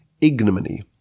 ignominy